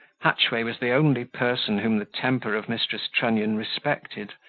hatchway was the only person whom the temper of mrs. trunnion respected,